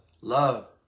love